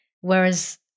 whereas